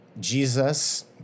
Jesus